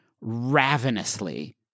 ravenously